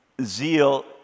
zeal